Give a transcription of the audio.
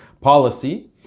policy